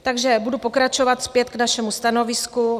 Takže budu pokračovat, zpět k našemu stanovisku.